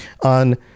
on